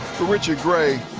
richard gray.